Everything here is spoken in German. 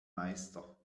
meister